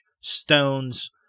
stones